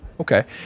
Okay